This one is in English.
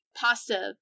pasta